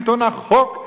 "שלטון החוק",